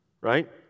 Right